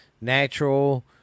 natural